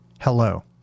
hello